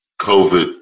COVID